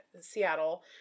Seattle